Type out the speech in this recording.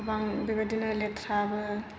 गोबां बेबादिनो लेथ्राबो